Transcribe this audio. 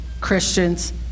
christians